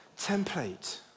template